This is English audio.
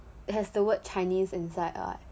it has the word chinese inside lah